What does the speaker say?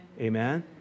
Amen